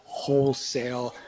wholesale